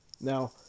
now